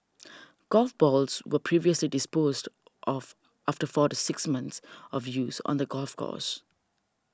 golf balls were previously disposed of after four to six months of use on the golf course